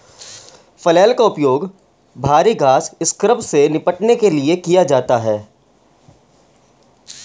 flail का उपयोग भारी घास स्क्रब से निपटने के लिए किया जाता है